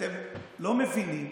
אתם לא מבינים